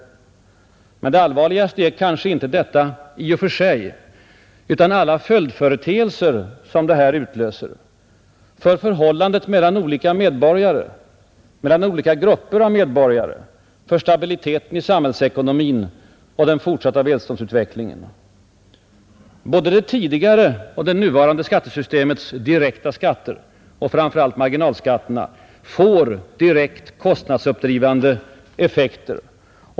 Men det allvarligaste är kanske inte detta i och för sig utan alla följdföreteelser som det utlöser — för förhållandet mellan olika medborgare, mellan olika grupper av medborgare, för stabiliteten i samhällsekonomin och den fortsatta välståndsutvecklingen. Både de tidigare och det nuvarande skattesystemets direkta skatter, och framför allt dess marginalskatter, får direkt kostnadsuppdrivande effekter.